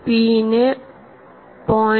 P നെ 0